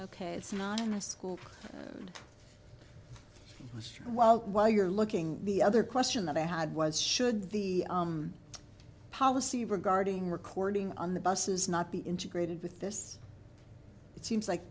ok it's not in the school and while while you're looking the other question i had was should the policy regarding recording on the buses not be integrated with this it seems like